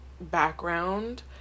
background